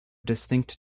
distinct